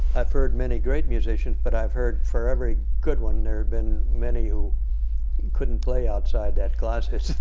i've heard many great musicians, but i've heard, for every good one there've been many who couldn't play outside that closet.